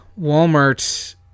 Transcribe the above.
Walmart